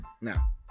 now